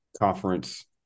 conference –